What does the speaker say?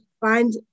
find